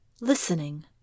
listening